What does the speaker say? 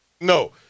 no